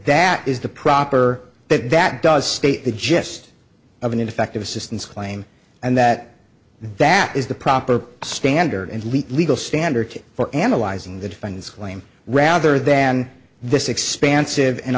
that is the proper that that does state the gest of an ineffective assistance claim and that that is the proper standard and lete legal standard for analyzing the defense claim rather than this expansive and